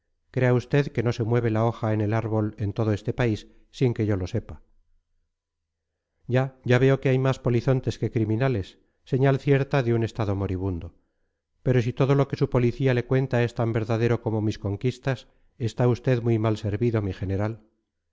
crea usted que no se mueve la hoja en el árbol en todo este país sin que yo lo sepa ya ya veo que hay más polizontes que criminales señal cierta de un estado moribundo pero si todo lo que su policía le cuenta es tan verdadero como mis conquistas está usted muy mal servido mi general